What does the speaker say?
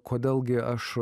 kodėl gi aš